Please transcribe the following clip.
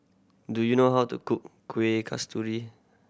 do you know how to cook Kueh Kasturi